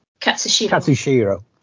Katsushiro